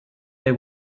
they